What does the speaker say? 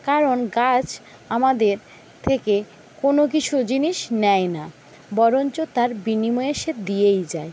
কারণ গাছ আমাদের থেকে কোনো কিছু জিনিস নেয় না বরঞ্চ তার বিনিময়ে সে দিয়েই যায়